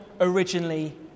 originally